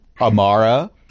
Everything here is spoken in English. Amara